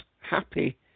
happy